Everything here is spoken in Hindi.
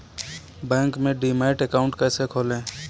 बैंक में डीमैट अकाउंट कैसे खोलें?